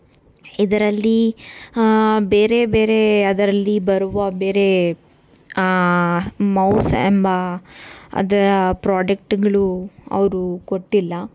ಇದರಲ್ಲಿ ಬೇರೆ ಬೇರೆ ಅದರಲ್ಲಿ ಬರುವ ಬೇರೆ ಮೌಸ್ ಎಂಬ ಅದರ ಪ್ರಾಡಕ್ಟ್ಗಳು ಅವರು ಕೊಟ್ಟಿಲ್ಲ